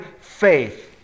faith